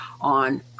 on